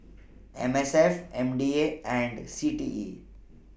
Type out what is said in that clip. M S F M D A and C T E